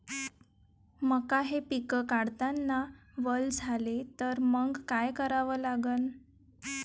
मका हे पिक काढतांना वल झाले तर मंग काय करावं लागन?